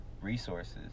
resources